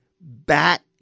bat